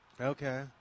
Okay